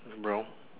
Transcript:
brown